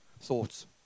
thoughts